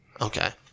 Okay